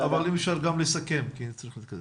וכשאני אומר אנחנו נכשלנו זה מגזר שלישי ומגזר ציבורי.